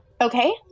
Okay